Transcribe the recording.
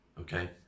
okay